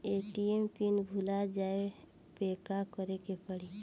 ATM pin भूल जाए पे का करे के पड़ी?